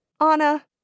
Anna